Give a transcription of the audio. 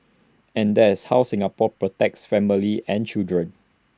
and that's how Singapore protects families and children